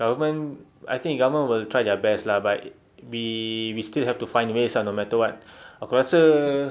government I think government will try their best lah but we we still have to find ways ah no matter what aku rasa